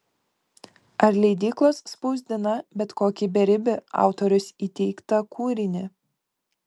ar leidyklos spausdina bet kokį beribį autoriaus įteiktą kūrinį